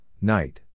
night